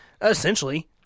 Essentially